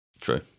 true